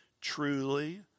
truly